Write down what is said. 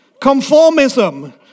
Conformism